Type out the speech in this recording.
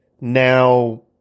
now